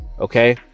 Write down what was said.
Okay